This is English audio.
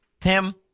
Tim